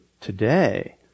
today